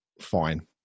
fine